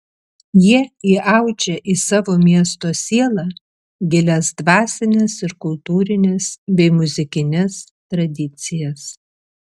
jie įaudžia į savo miesto sielą gilias dvasines ir kultūrines bei muzikines tradicijas